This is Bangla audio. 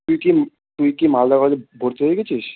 তুই কি তুই কি মালদা কলেজে ভর্তি হয়ে গেছিস